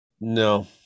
No